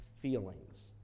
feelings